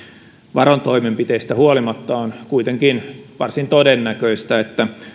varotoimenpiteistä huolimatta on kuitenkin varsin todennäköistä että